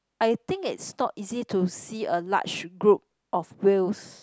I think it's not easy to see a large group of whales